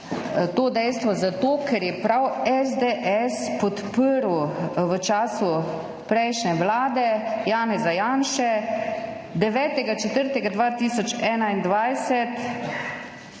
to dejstvo zato, ker je prav SDS podprl v času prejšnje vlade – [vlade] Janeza Janše, 9. 4. 2021,